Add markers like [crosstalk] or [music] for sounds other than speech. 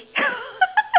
[laughs]